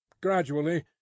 Gradually